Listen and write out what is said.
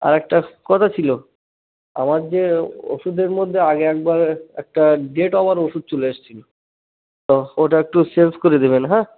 আর একটা কথা ছিলো আমার যে ওষুধের মধ্যে আগে একবার একটা ডেট ওভার ওষুধ চলে এসছিলো তো ওটা একটু চেঞ্জ করে দেবেন হ্যাঁ